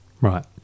Right